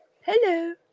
Hello